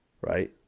right